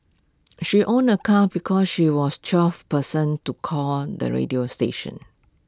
she won A car because she was twelfth person to call the radio station